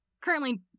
currently